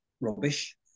rubbish